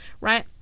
right